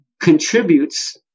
contributes